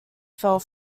fell